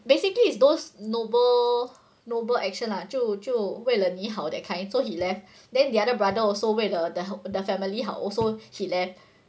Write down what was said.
basically it's those noble noble action lah 就就为了你好 that kind so he left then the other brother also 为了 that their family 好 also he left